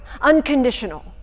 unconditional